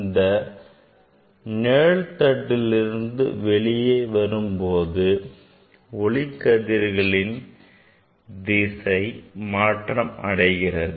இந்த நிழல் தட்டில் இருந்து வெளியே வரும்போது ஒளிக்கதிர்களின் திசை மாற்றம் அடைகிறது